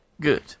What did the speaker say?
Good